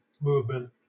movement